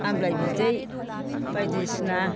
आमलाइ बिदै बायदिसिना